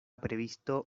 previsto